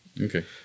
Okay